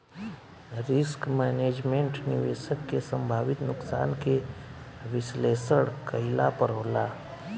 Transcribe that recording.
risk management, निवेशक के संभावित नुकसान के विश्लेषण कईला पर होला